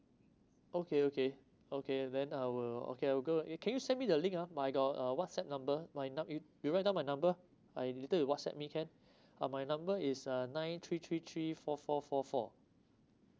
okay okay okay then I will okay I will go eh can you send me the link ah I got uh whatsapp number why not you you write down my number I later you whatsapp me can uh my number is uh nine three three three four four four four